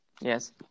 Yes